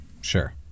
sure